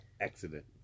accident